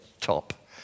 top